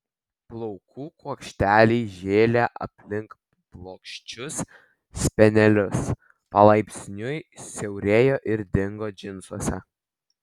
plaukų kuokšteliai žėlė aplink plokščius spenelius palaipsniui siaurėjo ir dingo džinsuose